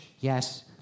yes